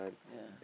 yeah